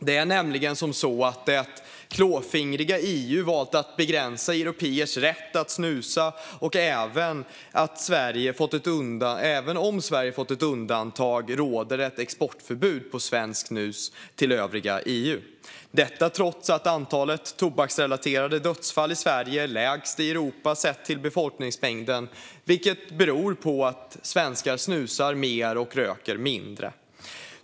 Det klåfingriga EU har valt att begränsa européers rätt att snusa, och även om Sverige har fått ett undantag råder det ett exportförbud för svenskt snus till övriga EU. Detta gäller trots att antalet tobaksrelaterade dödsfall i Sverige är lägst i Europa sett till befolkningsmängden, vilket beror på att svenskar snusar mer och röker mindre.